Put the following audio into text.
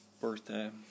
birthday